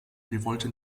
revolte